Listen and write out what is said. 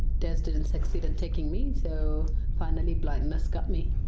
death didn't succeed in taking me so finally blindness got me